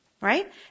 right